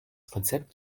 konzept